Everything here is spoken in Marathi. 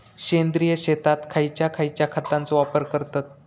सेंद्रिय शेतात खयच्या खयच्या खतांचो वापर करतत?